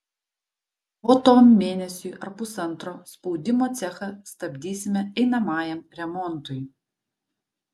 po to mėnesiui ar pusantro spaudimo cechą stabdysime einamajam remontui